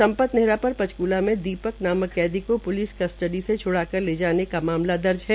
संपत नेहरा पर पंचकूला में दीपक नामक कैदी को पूलिस कस्टडी से छड़ा कर ले जाने का मामला दर्ज है